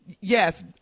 Yes